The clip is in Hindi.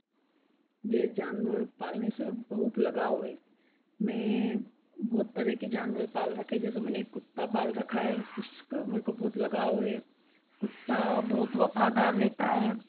मुझे जानवर पालने से बहुत लगाव है मैंने बहुत तरह के जानवर पाल रखे जैसे मैंने कुत्ता पाल रखा है उसको मेरे को बहुत लगव है कुत्ता बहुत वफ़ादार रहता है